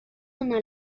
una